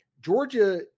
Georgia